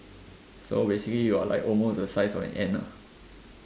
so basically you are like almost the size of an ant ah